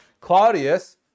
Claudius